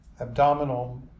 abdominal